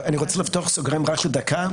אני רוצה לפתוח סוגריים רק לדקה,